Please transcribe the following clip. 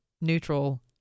Neutral